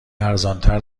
ارزانتر